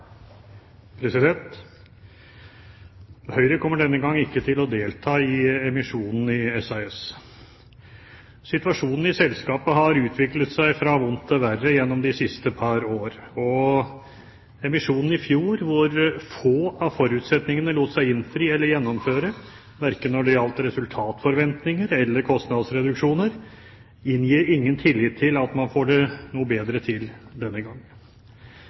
emisjonen i SAS. Situasjonen i selskapet har utviklet seg fra vondt til verre gjennom de siste par år. Emisjonen i fjor, hvor få av forutsetningene lot seg innfri eller gjennomføre, verken når det gjaldt resultatforventninger eller kostnadsreduksjoner, inngir ingen tillit til at man får det noe bedre til denne gangen.